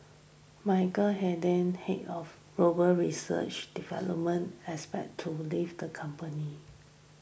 Michael Hayden head of global research development as expected to leave the company